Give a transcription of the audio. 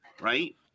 right